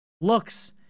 looks